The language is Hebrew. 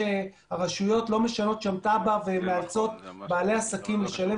שהרשויות לא משנות שם תב"ע ומאלצות את בעלי העסקים לשנות